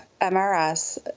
MRS